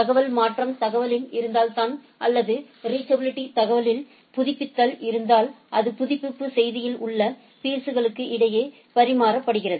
தகவல் மாற்றம் தகவலில் இருந்தால் அல்லது ரீச்சபிலிட்டி தகவலில் புதுப்பித்தல் இருந்தால் அது புதுப்பிப்பு செய்தியில் உள்ள பீா்ஸ்களுக்கு இடையே பரிமாறப்படுகிறது